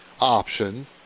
option